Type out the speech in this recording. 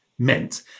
meant